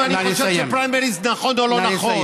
אם אני חושב שפריימריז זה נכון או לא נכון.